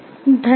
धन्यवाद